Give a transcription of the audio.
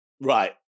Right